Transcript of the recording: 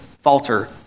falter